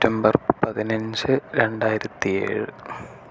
September പതിനഞ്ച് രണ്ടായിരത്തിയേഴ്